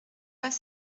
pas